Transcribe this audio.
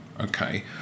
okay